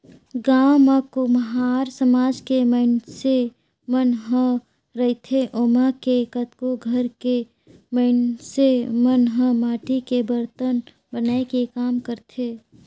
गाँव म कुम्हार समाज के मइनसे मन ह रहिथे ओमा के कतको घर के मइनस मन ह माटी के बरतन बनाए के काम करथे